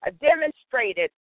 demonstrated